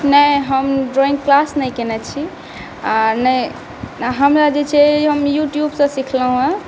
नहि हम drawing class नहि कयने छी आ नहि हमरा जे छै हम यूट्यूब सँ सिखलहुॅं हेँ